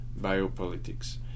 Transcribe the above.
biopolitics